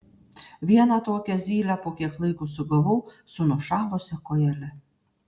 vieną tokią zylę po kiek laiko sugavau su nušalusia kojele